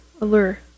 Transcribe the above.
allure